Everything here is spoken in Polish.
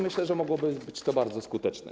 Myślę, że mogłoby to być bardzo skuteczne.